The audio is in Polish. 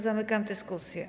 Zamykam dyskusję.